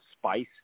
spice